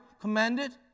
commanded